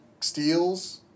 steals